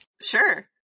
Sure